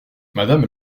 madame